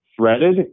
threaded